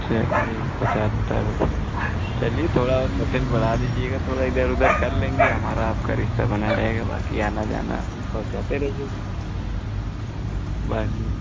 चलिए पचहत्तर रुपये चलिए थोड़ा और परसेन्ट बढ़ा लीजिएगा थोड़ा इधर उधर कर लेंगे हमारा आपका रिश्ता बना रहेगा बाकी आना जाना पहुँचाते रहिएगा वाहिए